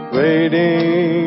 waiting